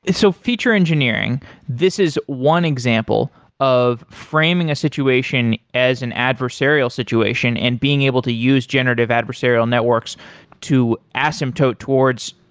so feature engineering, this is one example of framing a situation as an adversarial situation and being able to use generative adversarial networks to asymptote towards.